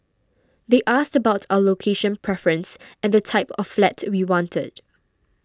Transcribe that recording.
they asked about our location preference and the type of flat we wanted